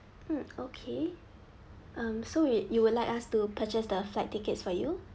mm okay um so you you would like us to purchase the flight tickets for you